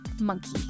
Monkey